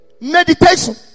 Meditation